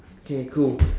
okay cool